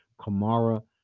Kamara